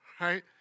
right